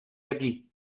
aquí